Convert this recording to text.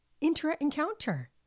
inter-encounter